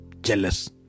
jealous